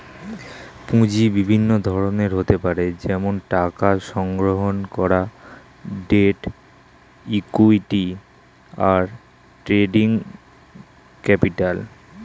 পুঁজি বিভিন্ন ধরনের হতে পারে যেমন টাকা সংগ্রহণ করা, ডেট, ইক্যুইটি, আর ট্রেডিং ক্যাপিটাল